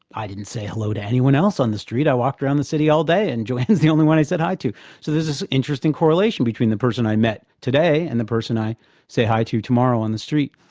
i didn't say hello to anyone else on the street, i walked around the city all day and joanne's the only one i said hi to so this this interesting correlation between the person i met today and the person i say hi to tomorrow on the street.